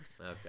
Okay